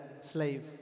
slave